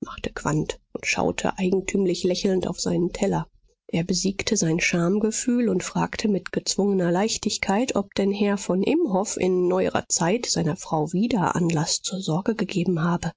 machte quandt und schaute eigentümlich lächelnd auf seinen teller er besiegte sein schamgefühl und fragte mit gezwungener leichtigkeit ob denn herr von imhoff in neuerer zeit seiner frau wieder anlaß zur sorge gegeben habe